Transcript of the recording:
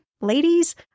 ladies